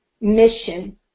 mission